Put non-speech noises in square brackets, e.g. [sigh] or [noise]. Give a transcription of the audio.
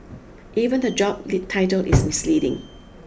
even the job [unintelligible] title is misleading